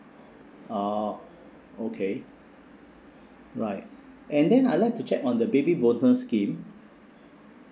oh okay right and then I'd like to check on the baby bonus scheme